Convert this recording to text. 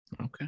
Okay